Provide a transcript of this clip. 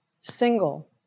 single